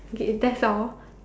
K that's all